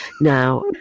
now